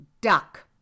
duck